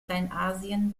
kleinasien